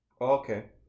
Okay